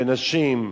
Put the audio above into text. בנשים,